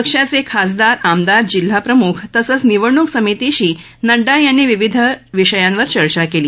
पक्षाचे खासदार आमदार जिल्हाप्रमुख तसंच निवडणूक समितीशी नड्डा यांनी विविध विषयांवर चर्चा केली